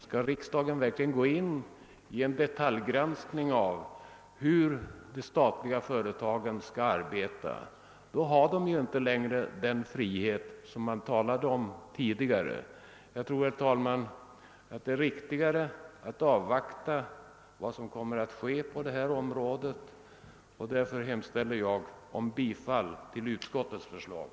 Skall riksdagen verkligen gå in i en detaljgranskning av hur de statliga företagen skall arbeta? I så fall har de inte längre den frihet som vi tidigare har talat om. Jag tror, herr talman, att det är riktigare att avvakta vad som kommer att ske på detta område. Därför yrkar jag bifall till utskottets hemställan.